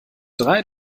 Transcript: drei